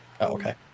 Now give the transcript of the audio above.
okay